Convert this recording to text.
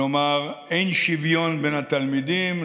כלומר אין שוויון בין התלמידים,